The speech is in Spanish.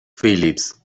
phillips